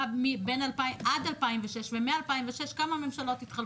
עד 2006 ומ-2006 כמה ממשלות התחלפו.